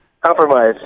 Compromise